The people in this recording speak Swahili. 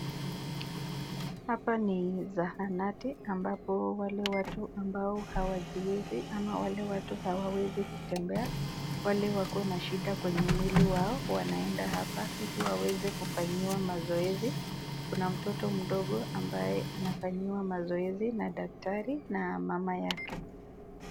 Hapa ni zahanati ambapo wale watu ambao hawajiwezi au watu hawawezi kutembea wale wako na shida kwenye mwili yao wanaenda hapa ili wanaweza kfanyiwa mazoezi. Kuna mtoto mdogo ambaye anafanyiwa mazoezi na daktari na mama yake.